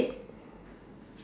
ed